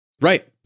Right